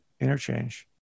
interchange